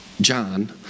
John